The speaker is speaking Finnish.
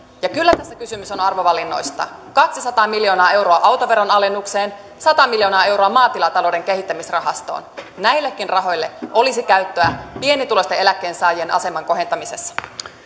ja kyllä tässä kysymys on on arvovalinnoista kaksisataa miljoonaa euroa autoveron alennukseen sata miljoonaa euroa maatilatalouden kehittämisrahastoon näillekin rahoille olisi käyttöä pienituloisten eläkkeensaajien aseman kohentamisessa